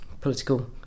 political